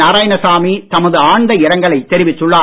நாராயணசாமி தமது ஆழ்ந்த இரங்கலைத் தெரிவித்துள்ளார்